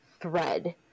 thread